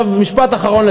משפט אחרון.